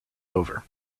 over